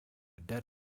dead